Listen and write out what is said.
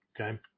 Okay